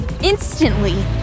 Instantly